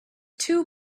two